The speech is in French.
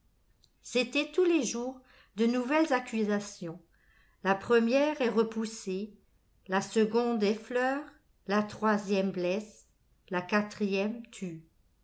c'était tous les jours de nouvelles accusations la première est repoussée la seconde effleure la troisième blesse la quatrième tue